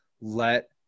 let